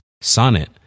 Sonnet